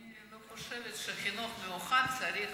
אני לא חושבת שחינוך מיוחד צריך